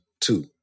two